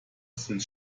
sind